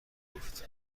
گفت